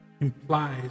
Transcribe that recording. implies